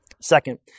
Second